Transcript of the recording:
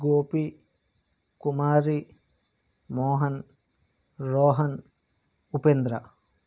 Gopi Kumari Mohan Lohan Upendra